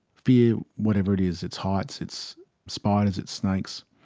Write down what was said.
fear, whatever it is, it's heights, it's spiders, it's snakes,